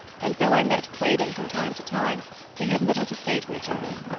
and though i met claydon from time to time we had little to say to each other.